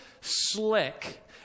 slick